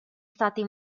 stati